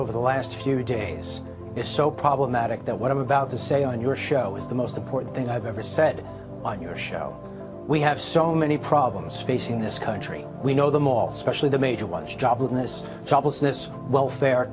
over the last few days is so problematic that what i'm about to say on your show is the most important thing i've ever said on your show we have so many problems facing this country we know them all especially the major ones joblessness joblessness welfare